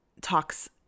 talks